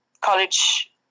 college